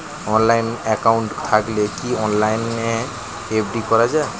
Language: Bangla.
অনলাইন একাউন্ট থাকলে কি অনলাইনে এফ.ডি করা যায়?